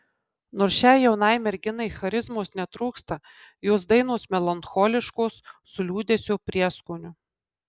nors šiai jaunai merginai charizmos netrūksta jos dainos melancholiškos su liūdesio prieskoniu